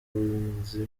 kiguzi